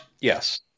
Yes